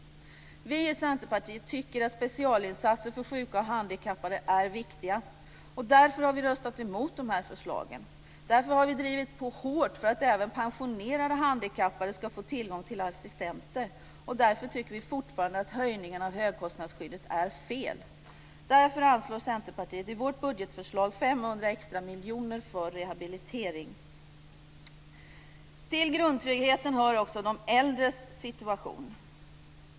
Vi i Centerpartiet tycker att specialinsatser för sjuka och handikappade är viktiga. Därför har vi röstat emot de här förslagen, och därför har vi drivit på hårt för att även pensionerade handikappade ska få tillgång till assistenter, och därför tycker vi fortfarande att höjningen av högkostnadsskyddet är fel. Därför anslår vi i Centerpartiet i vårt budgetförslag 500 extra miljoner kronor för rehabilitering. Till grundtryggheten hör också de äldres situation.